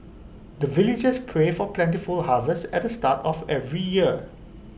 the villagers pray for plentiful harvest at the start of every year